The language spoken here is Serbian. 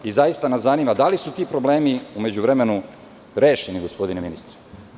Zaista nas zanima – da li su ti problemi u međuvremenu rešeni, gospodine ministre?